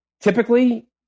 Typically